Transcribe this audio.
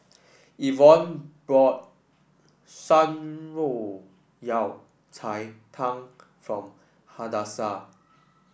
Evon bought Shan Rui Yao Cai Tang for Hadassah